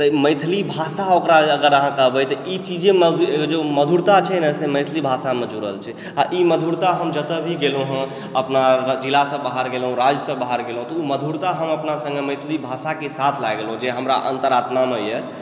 तऽ मैथिली भाषा ओकरा अगर अहाँ कहबय तऽ ई चीजे नव मधुरता छै न से मैथिली भाषामे जुड़ल छै आ ई मधुरता हम जतय भी गेलहुँ हँ अपना जिलासँ बाहर गेलहुँ राज्यसँ बाहर गेलहुँ तऽ ओ मधुरता हम अपना सङ्गे मैथिली भाषाके साथ लए गेलहुँ जे हमरा अन्तरात्मामेए